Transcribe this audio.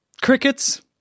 Crickets